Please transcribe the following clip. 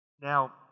Now